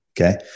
Okay